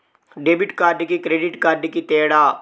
Debit కార్డుకి credit కార్డుకి తేడా?